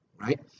right